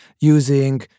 using